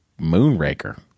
Moonraker